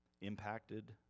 impacted